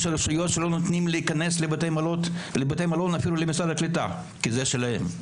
יש רשויות שלא מאפשרות אפילו למשרד הקליטה להיכנס לבתי מלון כי זה שלהן.